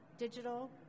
digital